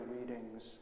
readings